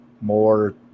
more